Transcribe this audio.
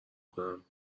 کنم